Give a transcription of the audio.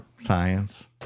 Science